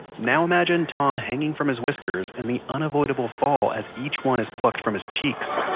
now imagine tom hanging from his whiskers, and the unavoidable fall as each one is plucked from his cheeks.